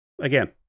Again